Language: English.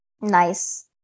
nice